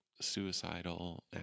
suicidal